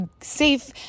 safe